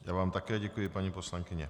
Já vám také děkuji, paní poslankyně.